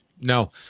No